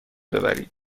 ببرید